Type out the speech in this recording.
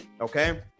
Okay